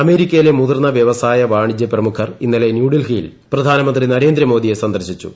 അമേരിക്കയിലെ മുതിർന്ന വൃവസായ വാണിജ്യ പ്രമുഖർ ഇന്നലെ ന്യൂഡൽഹിയിൽ പ്രധാനമന്ത്രി നരേന്ദ്രമോദിയെ സന്ദർശിച്ചു